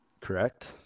Correct